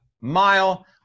mile